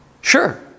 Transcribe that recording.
Sure